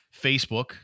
Facebook